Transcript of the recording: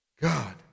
God